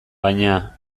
baina